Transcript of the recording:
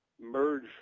merge